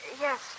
yes